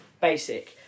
basic